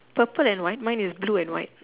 purple and white mine is blue and white